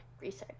research